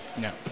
No